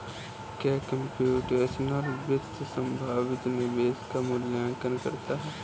क्या कंप्यूटेशनल वित्त संभावित निवेश का मूल्यांकन करता है?